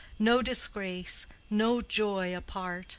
no disgrace, no joy apart.